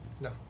No